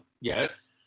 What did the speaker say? yes